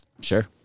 Sure